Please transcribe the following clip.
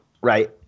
right